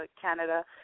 Canada